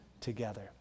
together